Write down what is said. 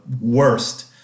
worst